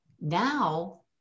Now